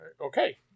Okay